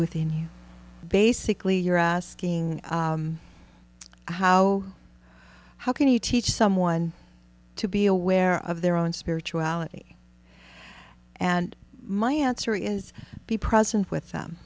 within you basically you're asking how how can you teach someone to be aware of their own spirituality and my answer is be present with them